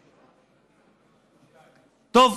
טוב,